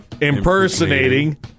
Impersonating